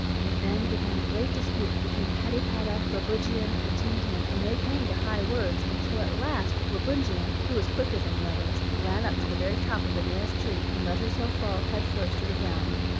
and then began a great dispute between patypata, grabugeon, and tintin, and they came to high words, until at last grabugeon, who was quicker than the others, ran up to the very top of the nearest tree, and let herself fall, head first, to the ground,